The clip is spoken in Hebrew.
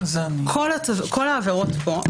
כול העבירות פה,